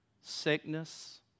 sickness